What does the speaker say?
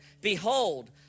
behold